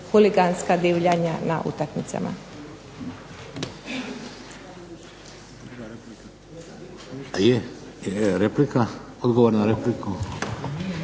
huliganska divljanja na utakmicama.